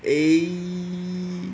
eh